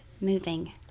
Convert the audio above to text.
moving